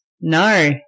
No